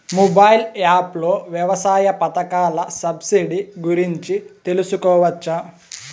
Mobile app లో వ్యవసాయ పథకాల సబ్సిడి గురించి తెలుసుకోవచ్చా?